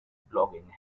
blogging